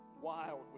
wild